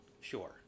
sure